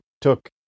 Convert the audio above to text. took